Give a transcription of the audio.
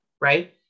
right